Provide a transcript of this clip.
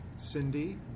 Cindy